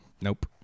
Nope